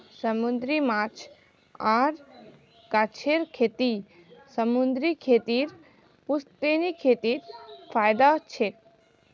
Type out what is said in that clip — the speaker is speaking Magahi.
समूंदरी माछ आर गाछेर खेती समूंदरी खेतीर पुश्तैनी खेतीत फयदा छेक